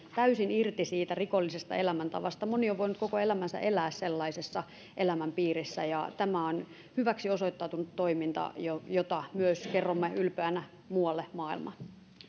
täysin irti siitä rikollisesta elämäntavasta moni on voinut koko elämänsä elää sellaisessa elämänpiirissä ja tämä on hyväksi osoittautunut toiminta jota jota myös kerromme ylpeänä muualle maailmaan